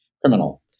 criminal